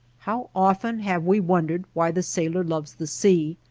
how often have we wondered why the sailor loves the sea,